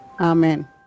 Amen